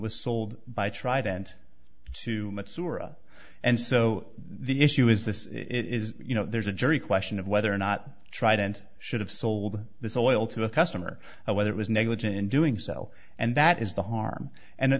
was sold by trident to sewer and so the issue is this it is you know there's a jury question of whether or not tried and should have sold this oil to a customer whether it was negligent in doing so and that is the harm and